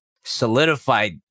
solidified